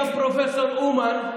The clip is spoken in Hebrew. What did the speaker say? גם פרופ' אומן,